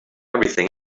everything